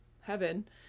heaven